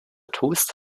tust